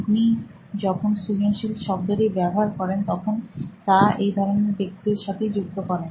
আপনি যখন সৃজনশীল শব্দটি ব্যবহার করেন তখন তা এই ধরনের ব্যক্তিদের সাথেই যুক্ত করেন